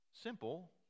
simple